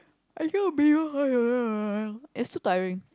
it's too tiring